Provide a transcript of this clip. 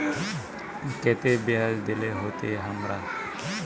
केते बियाज देल होते हमरा?